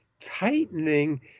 tightening